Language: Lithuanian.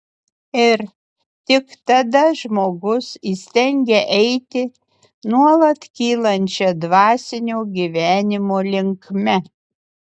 ir tik tada žmogus įstengia eiti nuolat kylančia dvasinio gyvenimo linkme